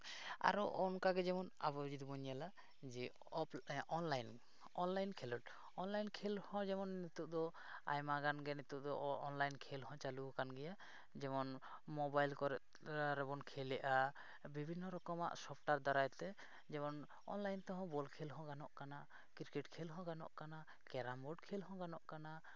ᱟᱨᱚ ᱚᱱᱠᱟᱜᱮ ᱡᱮᱢᱚᱱ ᱟᱵᱚ ᱡᱩᱫᱤ ᱵᱚᱱ ᱧᱮᱞᱟ ᱡᱮ ᱚᱱᱞᱟᱭᱤᱱ ᱚᱱᱞᱟᱭᱤᱱ ᱠᱷᱮᱞᱳᱰ ᱚᱱᱞᱟᱭᱤᱱ ᱠᱷᱮᱞ ᱦᱚᱸ ᱡᱮᱢᱚᱱ ᱱᱤᱛᱚᱜ ᱫᱚ ᱟᱭᱢᱟᱜᱟᱱᱜᱮ ᱱᱤᱛᱚᱜ ᱫᱚ ᱚᱱᱞᱟᱭᱤᱱ ᱠᱷᱮᱞ ᱦᱚᱸ ᱪᱟᱹᱞᱩ ᱟᱠᱟᱱ ᱜᱮᱭᱟ ᱡᱮᱢᱚᱱ ᱢᱳᱵᱟᱭᱤᱞ ᱠᱚᱨᱮᱜ ᱵᱚᱱ ᱠᱷᱮᱞᱮᱜᱼᱟ ᱵᱤᱵᱷᱤᱱᱱᱚ ᱨᱚᱠᱚᱢᱟᱜ ᱥᱚᱯᱷᱴᱣᱮᱭᱟᱨ ᱫᱟᱨᱟᱭ ᱛᱮ ᱡᱮᱢᱚᱱ ᱚᱱᱞᱟᱭᱤᱱ ᱛᱮᱦᱚᱸ ᱵᱚᱞ ᱠᱷᱮᱞ ᱜᱟᱱᱚᱜ ᱠᱟᱱᱟ ᱠᱨᱤᱠᱮᱴ ᱠᱷᱮᱞ ᱦᱚᱸ ᱜᱟᱱᱚᱜ ᱠᱟᱱᱟ ᱠᱮᱨᱟᱢ ᱵᱳᱨᱰ ᱠᱷᱮᱞ ᱦᱚᱸ ᱜᱟᱱᱚᱜ ᱠᱟᱱᱟ